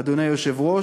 אדוני היושב-ראש,